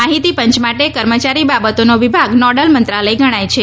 માહિતી પંચ માટે કર્મચારી બાબતોનો વિભાગ નોડલ મંત્રાલય ગણાય છે